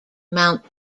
mount